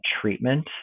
treatment